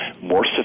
more